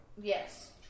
Yes